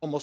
almost